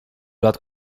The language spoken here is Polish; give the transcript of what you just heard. lat